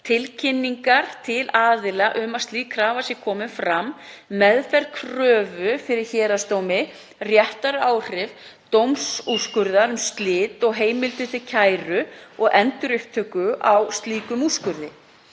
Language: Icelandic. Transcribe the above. tilkynningar til aðila um að slík krafa sé komin fram, meðferð kröfu fyrir héraðsdómi, réttaráhrif dómsúrskurðar um slit og heimildir til kæru og endurupptöku á slíkum úrskurði.